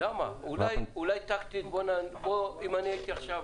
אם הייתי עכשיו